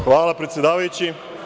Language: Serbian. Hvala, predsedavajući.